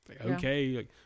okay